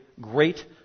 great